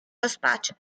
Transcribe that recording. rozpaczy